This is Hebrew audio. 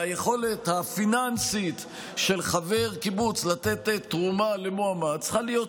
והיכולת הפיננסית של חבר קיבוץ לתת תרומה למועמד צריכה להיות